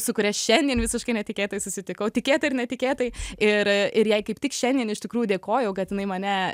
su kuria šiandien visiškai netikėtai susitikau tikėtai ir netikėtai ir ir jai kaip tik šiandien iš tikrųjų dėkojau kad jinai mane